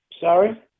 Sorry